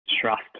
trust